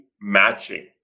matching